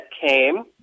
came